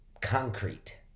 concrete